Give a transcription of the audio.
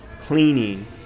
cleaning